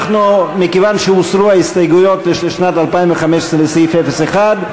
מכיוון שהוסרו ההסתייגות לסעיף 01,